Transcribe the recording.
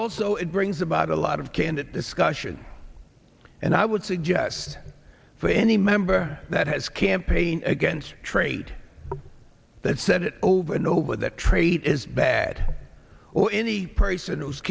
also it brings about a lot of candid discussion and i would suggest for any member that has campaigned against trade that said over and over that trade is bad or any person who's